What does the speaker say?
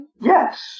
Yes